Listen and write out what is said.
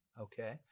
Okay